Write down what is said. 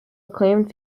acclaimed